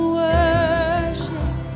worship